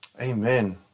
Amen